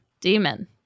demon